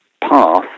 path